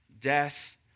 death